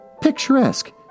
picturesque